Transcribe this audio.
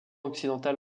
occidental